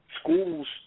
schools